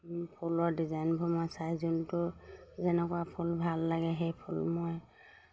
ফুলৰ ডিজাইনবোৰ মই চাই যোনটো যেনেকুৱা ফুল ভাল লাগে সেই ফুল মই